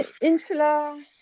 insula